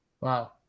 Wow